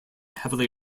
heavily